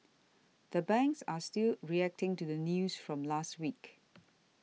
the banks are still reacting to the news from last week